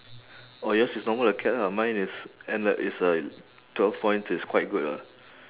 oh yours is normal acad lah mine is N-le~ it's a twelve points is quite good ah